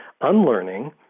unlearning